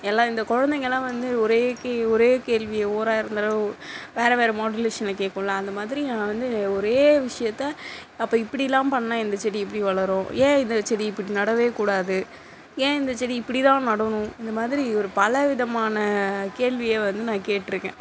எல்லாம் இந்த குழந்தைங்கள்லாம் வந்து ஒரே ஒரே கேள்வியை ஓராயிரம் தடவை வேறு வேறு மாடுலேஷனில் கேக்கல அந்த மாதிரி நான் வந்து ஒரே விஷயத்தை அப்போ இப்படிலாம் பண்ணா எந்த செடி எப்படி வளரும் ஏன் இந்த செடி இப்படி நடவே கூடாது ஏன் இந்த செடி இப்படி தான் நடணும் இந்த மாதிரி ஒரு பல விதமான கேள்வியை வந்து நான் கேட்யிருக்கேன்